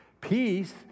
Peace